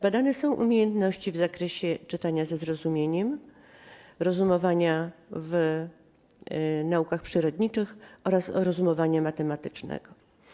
Badane są umiejętności w zakresie czytania ze zrozumieniem, rozumowania w naukach przyrodniczych oraz rozumowania matematycznego.